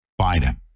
Biden